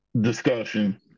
discussion